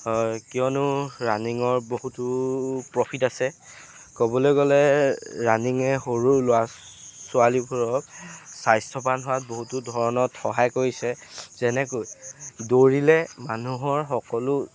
হয় কিয়নো ৰানিঙৰ বহুতো প্ৰফিট আছে ক'বলৈ গ'লে ৰানিঙে সৰু ল'ৰা ছোৱালীবোৰক স্বাস্থ্যবান হোৱাত বহুতো ধৰণত সহায় কৰিছে যেনেকৈ দৌৰিলে মানুহৰ সকলো